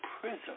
prison